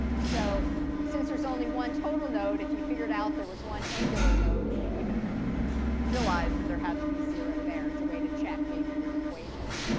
so since there's only one total node, if you figured out there was one angular node, you could even realize that there had to be zero there. it's a way to check maybe your equations.